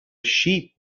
sheep